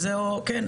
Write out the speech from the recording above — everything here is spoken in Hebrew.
כן,